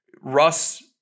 Russ